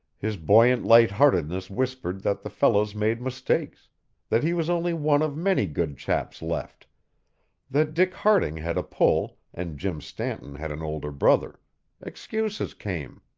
his buoyant lightheartedness whispered that the fellows made mistakes that he was only one of many good chaps left that dick harding had a pull and jim stanton had an older brother excuses came.